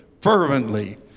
fervently